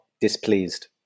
displeased